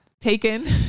taken